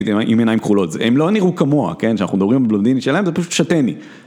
עם עיניים כחולות, הם לא נראו כמוה, כן, שאנחנו מדברים הבלונדיני שלהם, זה פשוט שטני.